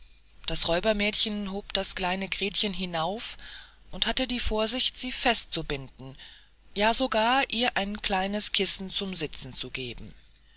das räubermädchen hob das kleine gretchen hinauf und hatte die vorsicht sie fest zu binden ja sogar ihr ein kleines kissen zum sitzen zu geben